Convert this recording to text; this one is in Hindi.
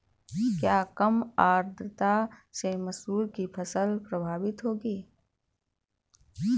क्या कम आर्द्रता से मसूर की फसल प्रभावित होगी?